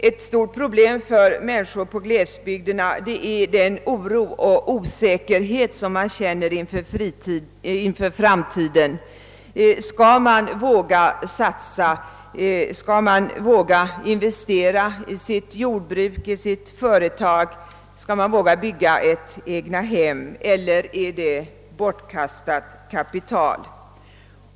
Ett stort problem för människor i glesbygderna är den oro och osäkerhet som de känner inför framtiden. Skall man våga satsa, skall man våga investera i sitt jordbruk eller i sitt företag, skall man våga bygga ett egnahem eller är det bortkastat kapital?